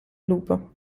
lupo